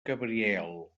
cabriel